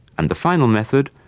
and the final method,